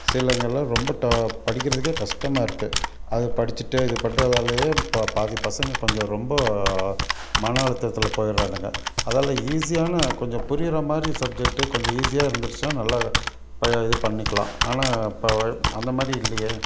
சிலதுங்கயெல்லாம் ரொம்ப படிக்கிறதுக்கே கஷ்டமா இருக்குது அதை படிச்சுட்டு இது பண்றதாலேயே இப்போ பாதி பசங்கள் கொஞ்சம் ரொம்ப மன அழுத்தத்தில் போயிடுறானுங்க அதால் ஈஸியான கொஞ்சம் புரிகிற மாதிரி சப்ஜெக்ட்டு கொஞ்சம் ஈஸியாக இருந்துருச்சுன்னா நல்லா இது பண்ணிக்கலாம் ஆனால் இப்போ அந்தமாதிரி இல்லையே